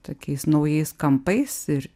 tokiais naujais kampais ir